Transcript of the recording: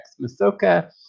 Masoka